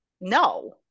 no